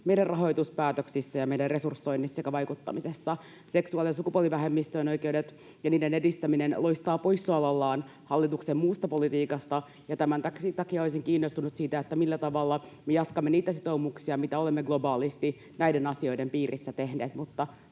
meidän rahoituspäätöksissämme ja meidän resursoinnissamme sekä vaikuttamisessa. Seksuaali- ja sukupuolivähemmistöjen oikeudet ja niiden edistäminen loistavat poissaolollaan hallituksen muusta politiikasta, ja tämän takia olisin kiinnostunut siitä, millä tavalla me jatkamme niitä sitoumuksia, mitä olemme globaalisti näiden asioiden piirissä tehneet